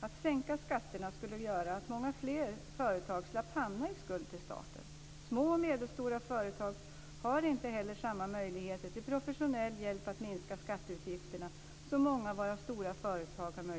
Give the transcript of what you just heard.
Att sänka skatterna skulle göra att många fler företag skulle slippa hamna i skuld till staten. Små och medelstora företag har inte heller samma möjligheter till professionell hjälp att minska skatteutgifterna som många av våra stora företag kan.